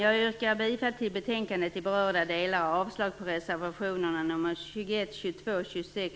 Jag yrkar bifall till hemställan i betänkandet och avslag på reservationerna 21, 22, 26,